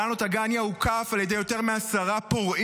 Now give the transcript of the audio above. ברהנו טגניה הוקף על ידי יותר מעשרה פורעים